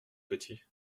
petit